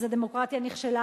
אז הדמוקרטיה נכשלה,